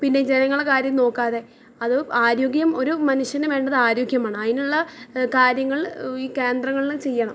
പിന്നെ ജനങ്ങളുടെ കാര്യം നോക്കാതെ അതോ ആരോഗ്യം ഒര് മനുഷ്യന് വേണ്ടത് ആരോഗ്യമാണ് അതിനുള്ള കാര്യങ്ങൾ ഈ കേന്ദ്രങ്ങള് ചെയ്യണം